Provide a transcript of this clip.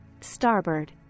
starboard